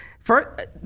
First